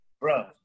Bro